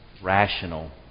rational